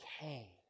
okay